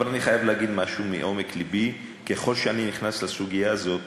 אבל אני חייב להגיד משהו מעומק לבי: ככל שאני נכנס לסוגיה הזאת,